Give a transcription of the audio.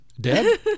Dead